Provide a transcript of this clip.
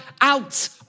out